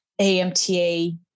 AMTA